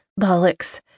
bollocks